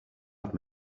have